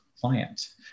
client